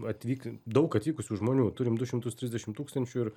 atvyk daug atvykusių žmonių turim du šimtus trisdešim tūkstančių ir